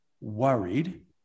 worried